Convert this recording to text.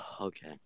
Okay